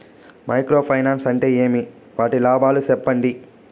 Micro finance అంటే ఏమి? వాటి లాభాలు సెప్పండి?